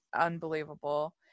unbelievable